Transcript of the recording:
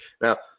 Now